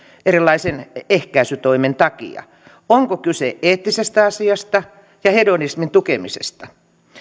erilaisten ehkäisytoimien takia onko kyse eettisestä asiasta ja hedonismin tukemisesta